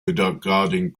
regarding